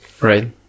Right